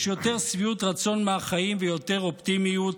יש יותר שביעות רצון מהחיים ויותר אופטימיות,